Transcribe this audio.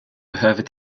behöver